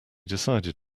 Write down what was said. decided